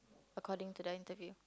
according to the interview